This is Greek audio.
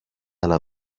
άλλα